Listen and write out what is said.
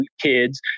kids